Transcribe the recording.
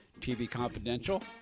tvconfidential